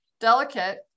delicate